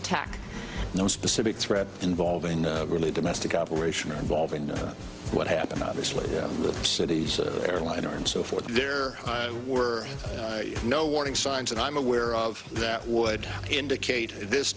attack no specific threat involving really domestic operations or involving you know what happened obviously with cities airliner and so forth there were no warning signs that i'm aware of that would indicate this